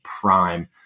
prime